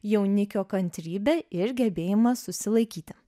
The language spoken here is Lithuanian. jaunikio kantrybę ir gebėjimą susilaikyti